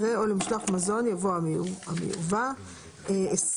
אחרי "או למשלוח מזון" יבוא "המיובא"; (24)